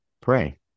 pray